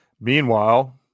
Meanwhile